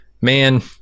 Man